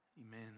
Amen